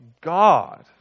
God